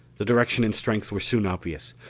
the direction and strength were soon obvious.